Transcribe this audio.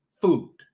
food